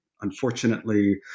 unfortunately